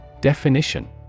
Definition